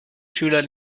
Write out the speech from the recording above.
schüler